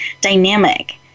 dynamic